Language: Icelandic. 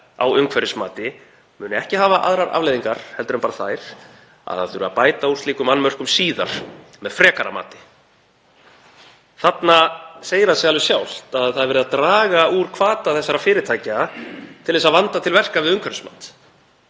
á umhverfismati muni ekki hafa aðrar afleiðingar heldur en bara þær að það þurfi að bæta úr slíkum annmörkum síðar með frekara mati. Það segir sig alveg sjálft að þarna er verið að draga úr hvata þessara fyrirtækja til þess að vanda til verka við umhverfismat.